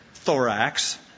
Thorax